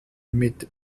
mit